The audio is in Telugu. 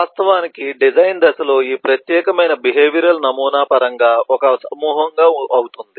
వాస్తవానికి డిజైన్ దశలో ఈ ప్రత్యేకమైన బిహేవియరల్ నమూనా పరంగా ఒక సమూహం గా అవుతుంది